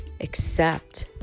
accept